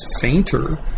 fainter